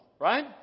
right